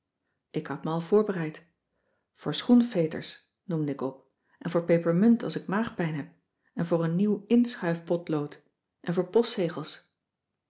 ik had me al voorbereid voor schoenveters noemde ik op en voor pepermunt als ik maagpijn heb en voor een nieuw inschuif potlood en voor postzegels